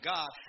God